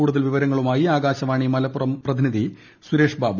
കൂടുതൽ വിവരങ്ങളുമായി ശവാണി മലപ്പുറം പ്രതിനിധി സുരേഷ്ബാബു